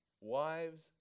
wives